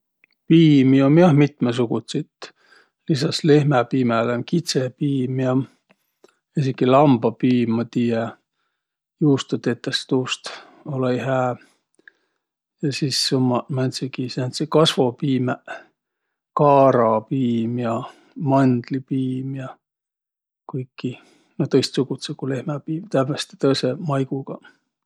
Piimi um jah mitmõsugutsit. Lisas lehmäpiimäle um kitsõpiim ja esiki lambapiim, ma tiiä, juusto tetäs tuust, olõ-õi hää. Ja sis ummaq määntsegiq sääntseq kasvopiimäq: kaarapiim ja mandlipiim ja, kuiki noh tõistsugudsõq, ku lehmäpiim, tävveste tõõsõ maigugaq.